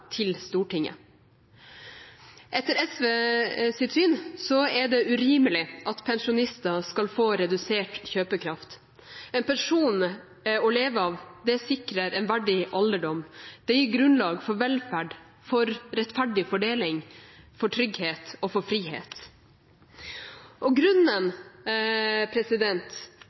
til Stortinget. Etter SVs syn er det urimelig at pensjonister skal få redusert kjøpekraft. En pensjon å leve av sikrer en verdig alderdom. Det gir grunnlag for velferd, for rettferdig fordeling, for trygghet og for frihet. Grunnen